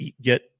get